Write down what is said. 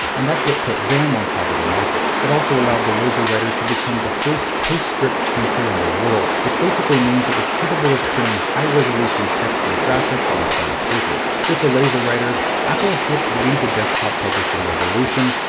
and that's what put them on top of the market. it also allowed the laserwriter to become the first postscript printer in the world, which basically means it was capable of printing high resolution text and graphics on plain paper. with the laserwriter, apple helped lead the desktop publishing revolution,